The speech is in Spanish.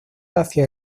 hacia